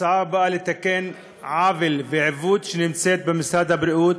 ההצעה באה לתקן עוול ועיוות במשרד הבריאות,